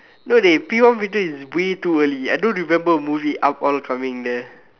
no dey P one P two is way too early I don't remember the movie up all coming there